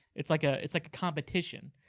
it's like ah it's like a competition.